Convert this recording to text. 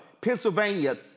Pennsylvania